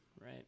right